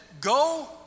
go